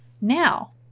Now